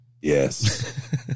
Yes